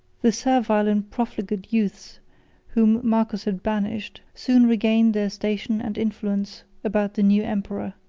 the servile and profligate youths whom marcus had banished, soon regained their station and influence about the new emperor.